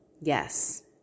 Yes